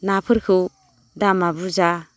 नाफोरखौ दामा बुरजा